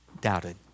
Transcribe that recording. Doubted